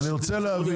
אני מתחבר.